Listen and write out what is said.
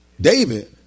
David